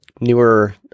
newer